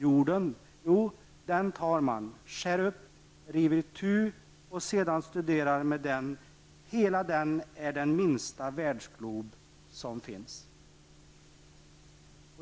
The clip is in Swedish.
Jorden, jo, den tar man, och sedan studerar med den. Hela den är den minsta världsglob som finns.